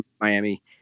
Miami